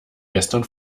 gestern